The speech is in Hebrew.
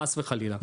חס וחלילה.